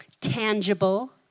tangible